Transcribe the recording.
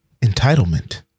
Entitlement